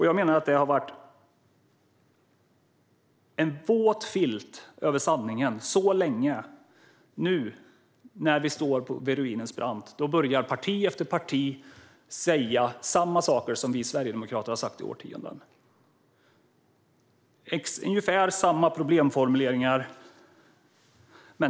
Jag menar att det länge har legat en våt filt över sanningen, och nu när vi står vid ruinens brant börjar parti efter parti att säga samma saker som vi sverigedemokrater har sagt i årtionden med ungefär samma problemformuleringar.